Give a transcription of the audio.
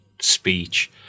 speech